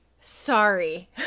Sorry